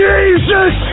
Jesus